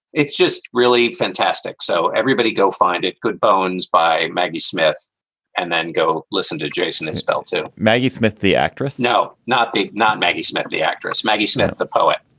it's just really fantastic. so everybody go find it. good bones by maggie smith and then go listen to jason isbell to maggie smith, the actress. no, not the not maggie smith, the actress. maggie smith, the poet